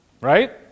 Right